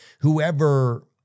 whoever